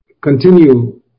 continue